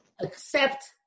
accept